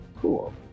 Cool